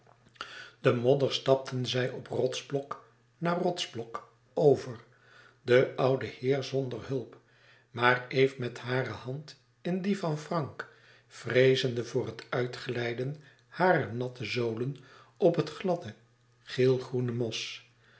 de modder stapten zij op rotsblok na rotsblok over de oude heer zonder hulp maar eve met hare hand in die van frank vreezende voor het uitglijden harer natte zolen op het gladde geelgroene mos